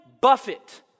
Buffett